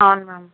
అవును మ్యామ్